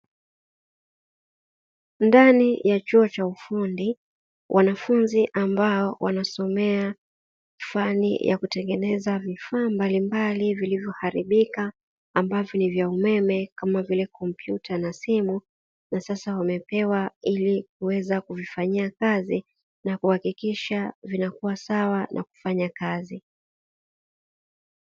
Ndani ya chuo cha ufundi wanafunzi ambao wanasomea fani ya kutengeneza vifaa mbalimbali, vilivyoharibika ambavyo ni vya umeme kama vile kompyuta na simu na sasa wamepewa ili kuweza kuvifanyia kazi na kuhakikisha vinakuwa sawa na kufanya kazi.